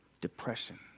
depression